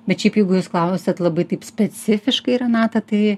bet šiaip jeigu jūs klausiat labai taip specifiškai renata tai